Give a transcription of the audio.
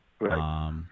Right